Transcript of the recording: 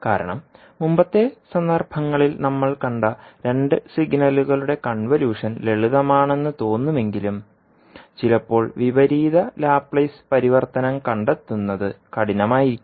കാരണം മുമ്പത്തെ സന്ദർഭങ്ങളിൽ നമ്മൾ കണ്ട രണ്ട് സിഗ്നലുകളുടെ കൺവല്യൂഷൻ ലളിതമാണെന്ന് തോന്നുമെങ്കിലും ചിലപ്പോൾ വിപരീത ലാപ്ലേസ് പരിവർത്തനം കണ്ടെത്തുന്നത് കഠിനമായിരിക്കാം